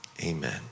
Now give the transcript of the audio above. Amen